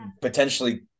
potentially